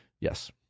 Yes